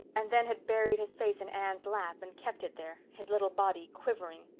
and then had buried his face in anne's lap and kept it there, his little body quivering.